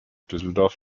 düsseldorf